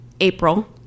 April